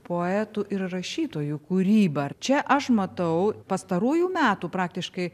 poetų ir rašytojų kūrybą ar čia aš matau pastaruoju metų praktiškai